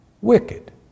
wicked